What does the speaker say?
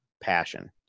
passion